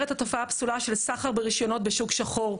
את התופעה הפסולה של סחר ברשיונות בשוק שחור.